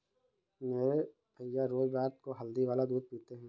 मेरे भैया रोज रात को हल्दी वाला दूध पीते हैं